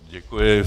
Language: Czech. Děkuji.